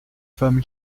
femme